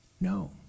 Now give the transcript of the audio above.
no